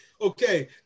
Okay